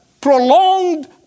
prolonged